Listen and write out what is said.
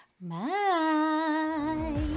bye